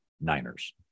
Niners